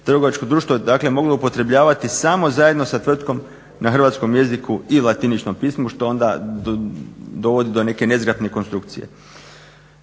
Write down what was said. trgovačko društvo je dakle moglo upotrebljavati samo zajedno sa tvrtkom na hrvatskom jeziku i latiničnom pismu što onda dovodi do neke nezgrapne konstrukcije.